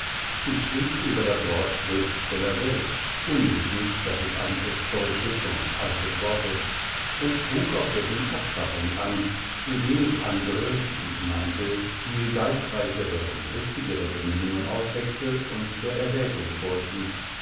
ich schrieb über das wort schriftsteller selbst unwissend daß es ein echt deutsches und altes wort ist und trug auf dessen abschaffung an indem ich andere wie ich meinte viel geistreichere und richtigere benennungen ausheckte und zur erwägung vorschlug